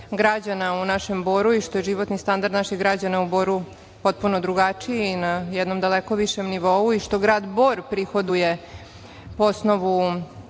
građana u našem Boru i što je životni standard naših građana u Boru potpuno drugačiji i na jednom daleko višem nivou i što grad Bor prihoduje po osnovu